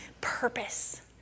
purpose